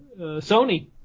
Sony